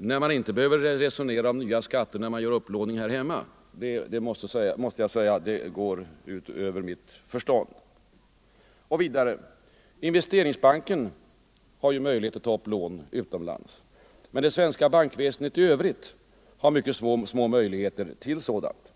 när man inte behöver resonera om nya skatter vid upplåningar hemma går över mitt förstånd. Investeringsbanken har möjlighet att ta upp lån utomlands. Men det svenska bankväsendet i övrig har mycket små möjligheter till sådant.